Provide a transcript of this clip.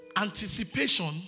anticipation